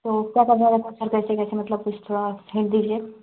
तो उसका पैसा का कैसे कैसे मतलब कुछ थोड़ा हिंट दीजिए